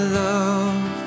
love